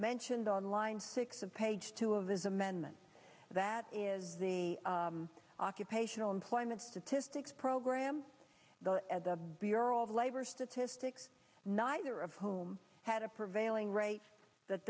mentioned on line six of page two of his amendment that is the occupational employment statistics program at the bureau of labor statistics neither of whom had a prevailing rate that